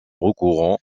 recourant